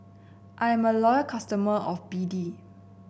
I am a loyal customer of B D